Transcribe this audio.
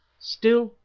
still,